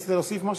רצית להוסיף משהו?